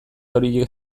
horiek